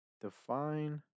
Define